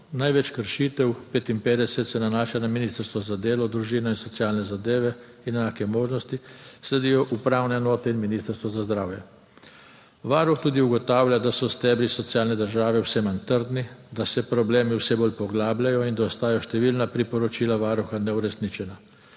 Največ kršitev, 55, se nanaša na Ministrstvo za delo, družino in socialne zadeve in enake možnosti, sledijo upravne enote in Ministrstvo za zdravje. Varuh tudi ugotavlja, da so stebri socialne države vse manj trdni, da se problemi vse bolj poglabljajo in da ostajajo številna priporočila Varuha neuresničena,